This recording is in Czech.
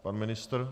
Pan ministr?